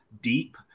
deep